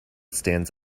stands